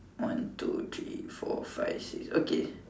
one two three four five six okay